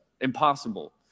impossible